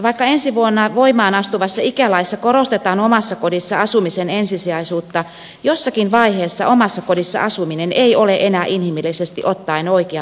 vaikka ensi vuonna voimaan astuvassa ikälaissa korostetaan omassa kodissa asumisen ensisijaisuutta jossakin vaiheessa omassa kodissa asuminen ei ole enää inhimillisesti ottaen oikea vaihtoehto